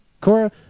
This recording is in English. Cora